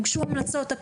והוגשו המלצות.